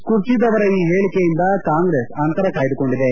ಖುರ್ಷಿದ್ ಅವರ ಈ ಹೇಳಿಕೆಯಿಂದ ಕಾಂಗ್ರೆಸ್ ಅಂತರ ಕಾಯ್ದುಕೊಂಡಿದೆ